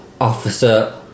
Officer